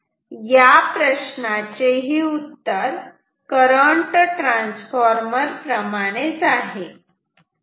तेव्हा या प्रश्नाचे ही उत्तर करंट ट्रान्सफॉर्मर प्रमाणेच आहे